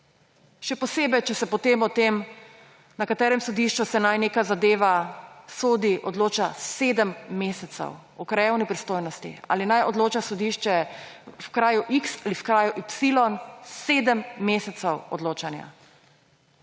Še posebej, če se potem o tem, na katerem sodišču se naj neka zadeva sodi, odloča sedem mesecev, o krajevni pristojnosti, ali naj odloča sodišče v kraju X ali v kraju Y, sedem mesecev odločanja.